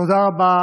תודה רבה